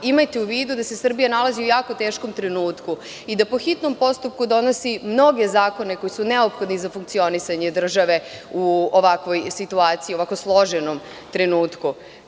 Imajte u vidu da se Srbija nalazi u jako teškom trenutku i da po hitnom postupku donosi mnoge zakone koji su neophodni za funkcionisanje države u ovakvoj situaciji, u ovako složenom trenutku.